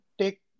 take